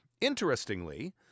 Interestingly